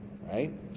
Right